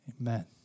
Amen